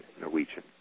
Norwegian